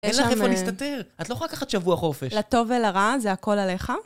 אין לך איפה להסתתר, את לא יכולה לקחת שבוע חופש. לטוב ולרע זה הכל עליך.